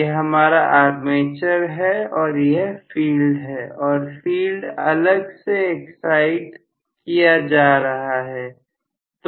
यह हमारा आर्मेचर है और यह फील्ड है और फील्ड अलग से एक्साइट किया जा रहा है